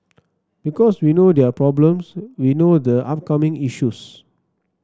because we know their problems we know the upcoming issues